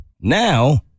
now